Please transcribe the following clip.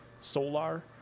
Solar